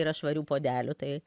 yra švarių puodelių tai